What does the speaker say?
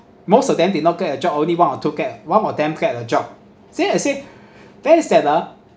most of them did not get a job only one or two get one of them get a job see I say that is that ah